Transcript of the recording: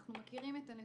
אנחנו מכירים את הנתונים.